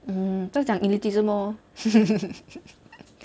mm 就讲 elitism lor